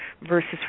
versus